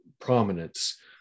prominence